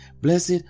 Blessed